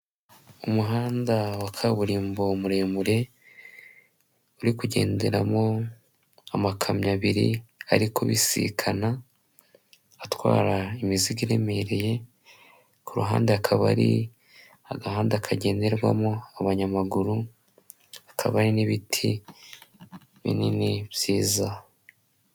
Umuhanda wa kaburimbo muremure uri kugenderamo amakamyo abiri ari kubisikana atwara imizigo iremereye, ku ruhande akaba ari agahanda kagenderwamo abanyamagurukaba n'ibiti binini byiza.